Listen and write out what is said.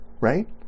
right